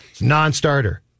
non-starter